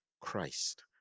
Christ